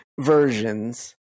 versions